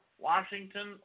Washington